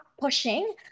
pushing